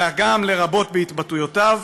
אלא לרבות בהתבטאויותיו",